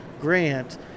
Grant